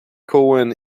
cohen